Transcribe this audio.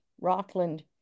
Rockland